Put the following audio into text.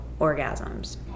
orgasms